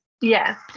Yes